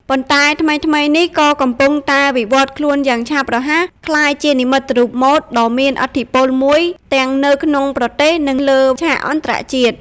ប៉ុន្តែថ្មីៗនេះ ក៏កំពុងតែវិវត្តន៍ខ្លួនយ៉ាងឆាប់រហ័សក្លាយជានិមិត្តរូបម៉ូដដ៏មានឥទ្ធិពលមួយទាំងនៅក្នុងប្រទេស និងលើឆាកអន្តរជាតិ។